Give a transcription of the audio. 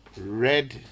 red